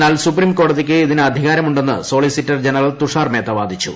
എന്നാൽ സുപ്രീം കോടതിക്ക് ഇതിന് അധികാരം ഉണ്ടെന്ന് സോളിസിറ്റർ ജനറൽ തുഷാർ മേത്ത വാദിച്ചു